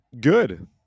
Good